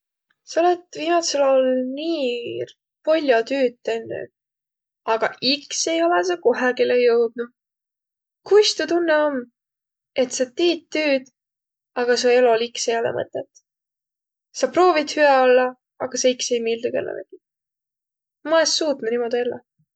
Sa olõt viimädsel aol nii pall'o tüüd tennüq, aga iks ei olõq sa kohegilõ jõudnuq. Kuis tuu tunnõq om, et sa tiit tüüd, aga su elol iks ei olõq mõtõt? Sa proovit hüä ollaq, aga a iks ei miildüq kellelegi. Ma es suutnuq niimuudu elläq.